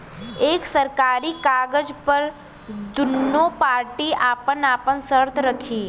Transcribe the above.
एक सरकारी कागज पर दुन्नो पार्टी आपन आपन सर्त रखी